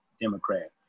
Democrat